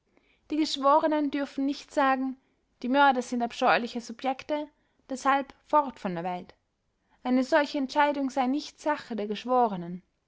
die geschworenen dürfen nicht sagen die mörder sind abscheuliche subjekte deshalb fort von der welt eine solche entscheidung sei nicht sache der geschworenen